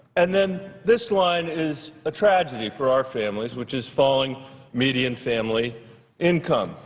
and then this line is a tragedy for our families, which is falling median family income.